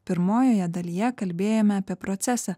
pirmojoje dalyje kalbėjome apie procesą